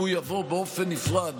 אם הוא יבוא באופן נפרד,